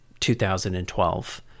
2012